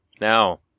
Now